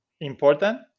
important